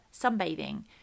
sunbathing